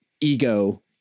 ego